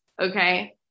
Okay